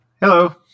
Hello